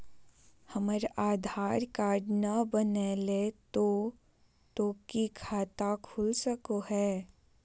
हमर आधार कार्ड न बनलै तो तो की खाता खुल सको है?